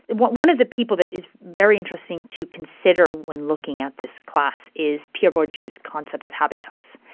one of the people that is very interesting to consider when looking at this class is pierre bourdieu's concept of habitus.